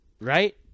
Right